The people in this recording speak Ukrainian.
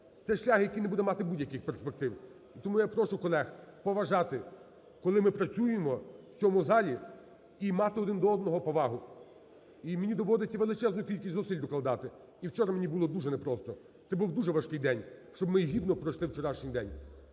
це шлях, який не буде мати будь-яких перспектив. Тому я прошу колег поважати, коли ми працюємо в цьому залі і мати один до одного повагу. І мені доводиться величезну кількість зусиль докладати, і вчора мені було дуже не просто, це був дуже важкий день, щоб ми гідно пройшли вчорашній день.